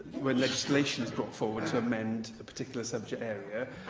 when legislation is brought forward to amend a particular subject area,